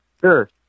Sure